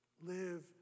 Live